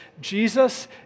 Jesus